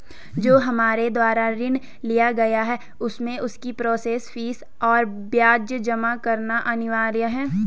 जो हमारे द्वारा ऋण लिया गया है उसमें उसकी प्रोसेस फीस और ब्याज जमा करना अनिवार्य है?